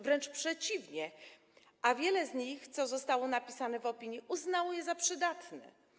Wręcz przeciwnie, wiele z nich, co zostało napisane w opinii, uznało sprawozdanie za przydatne.